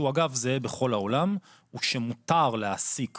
שהוא זהה בכל העולם, הוא שמותר להעסיק